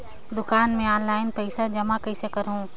दुकान म ऑनलाइन पइसा जमा कइसे करहु?